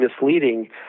misleading